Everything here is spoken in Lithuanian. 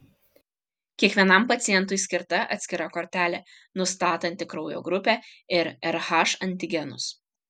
kiekvienam pacientui skirta atskira kortelė nustatanti kraujo grupę ir rh antigenus